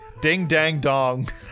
Ding-dang-dong